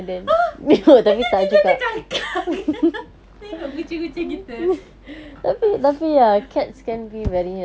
!huh! dia kan tidur terkangkang tengok kucing-kucing kita